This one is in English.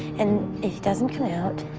and if he doesn't come out,